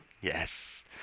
Yes